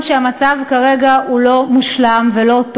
המושב הזה הולך להיות מעניין, ללא ספק.